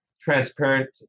transparent